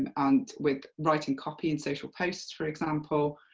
um and with writing copy in social posts, for example.